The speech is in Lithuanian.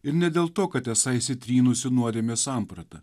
ir ne dėl to kad esą įsitrynusi nuodėmės samprata